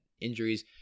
injuries